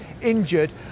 injured